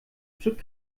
stück